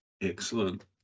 Excellent